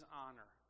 honor